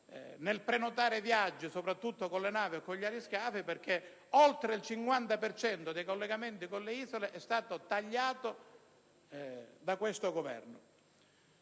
nel prenotare viaggi, soprattutto con le navi o con gli aliscafi, perché oltre il 50 per cento dei collegamenti con le Isole è stato tagliato da questo Governo.